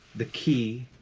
the key,